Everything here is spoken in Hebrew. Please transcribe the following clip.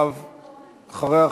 אחריה,